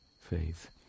faith